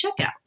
checkout